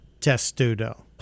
testudo